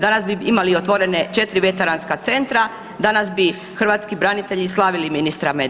Danas bi imali otvorene 4 veteranska centra, danas bi hrvatski branitelji slavili ministra Medveda.